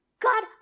god